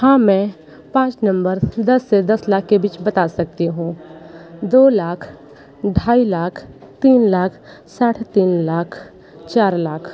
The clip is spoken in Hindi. हाँ मैं पाँच नम्बर दस से दस लाख के बीच बता सकती हूँ दो लाख ढाई लाख तीन लाख साढ़े तीन लाख चार लाख